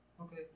Okay